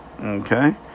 Okay